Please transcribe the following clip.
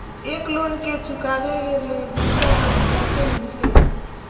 एक लोन के चुकाबे ले दोसर लोन कैसे मिलते?